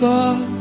God